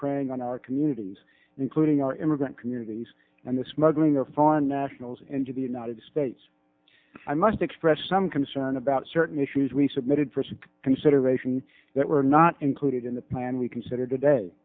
preying on our communities including our immigrant communities and the smuggling of foreign nationals into the united states i must express some concern about certain issues we submitted for some consideration that were not included in the plan we considered today